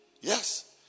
Yes